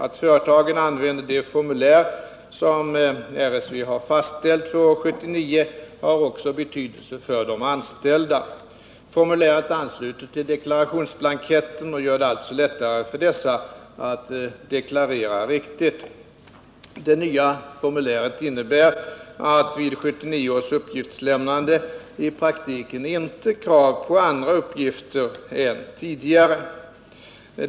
Att företagen använder det formulär som RSV har fastställt för år 1979 har också betydelse för de anställda. Formuläret ansluter till deklarationsblanketten och gör det alltså lättare för dessa att deklarera riktigt. Det nya formuläret innebär vid 1979 års uppgiftslämnande i praktiken inte krav på andra uppgifter än tidigare.